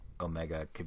Omega